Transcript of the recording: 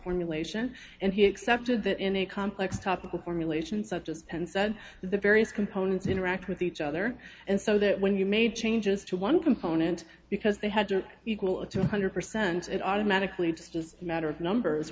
formulation and he accepted that in a complex topical formulation such as and said that the various components interact with each other and so that when you made changes to one component because they had to equal a two hundred percent it automatically just as a matter of numbers